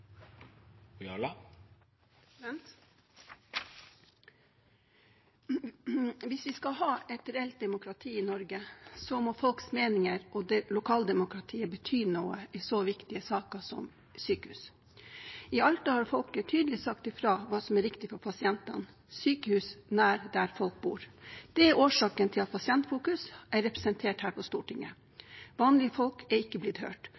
Hvis vi skal ha et reelt demokrati i Norge, må folks meninger og lokaldemokratiet bety noe i så viktige saker som sykehus. I Alta har folket sagt tydelig fra om hva som er riktig for pasientene: sykehus nær der folk bor. Det er årsaken til at Pasientfokus er representert her på Stortinget. Vanlige folk har ikke blitt hørt.